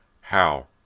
How